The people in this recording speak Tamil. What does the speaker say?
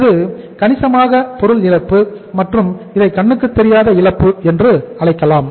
இது கணிசமாக பொருள் இழப்பு மற்றும் இதை கண்ணுக்குத்தெரியாத இழப்பு என்றும் அழைக்கலாம்